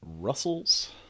russell's